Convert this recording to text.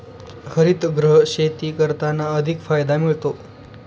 हरितगृह शेती करताना अधिक फायदा मिळतो